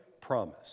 promise